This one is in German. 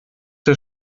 der